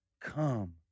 come